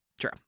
True